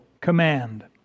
command